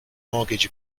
mortgage